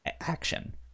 action